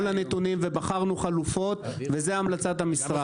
הנתונים ובחרנו חלופות וזו המלצת המשרד.